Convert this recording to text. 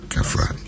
Kafra